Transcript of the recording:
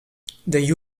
the